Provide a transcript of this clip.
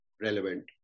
relevant